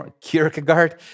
Kierkegaard